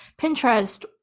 Pinterest